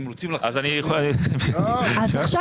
עכשיו